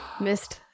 Missed